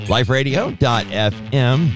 Liferadio.fm